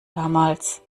damals